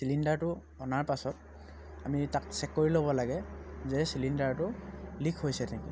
চিলিণ্ডাৰটো অনাৰ পাছত আমি তাক চেক কৰি ল'ব লাগে যে চিলিণ্ডাৰটো লিক হৈছে নেকি